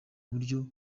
buryo